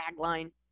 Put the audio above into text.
tagline